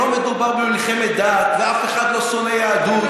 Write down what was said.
לא מדובר במלחמת דת ואף אחד לא שונא יהדות.